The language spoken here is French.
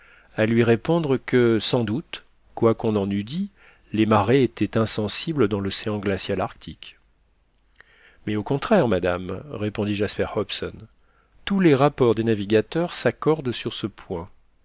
à lui répondre que sans doute quoi qu'on en eût dit les marées étaient insensibles dans l'océan glacial arctique mais au contraire madame répondit jasper hobson tous les rapports des navigateurs s'accordent sur ce point